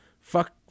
fuck